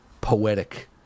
poetic